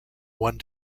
one